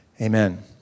Amen